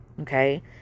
okay